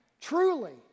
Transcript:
truly